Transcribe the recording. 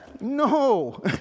no